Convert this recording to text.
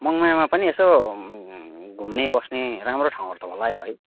मङमायामा पनि यसो घुम्ने बस्ने राम्रो ठाउँहरू त होला है है